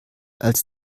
als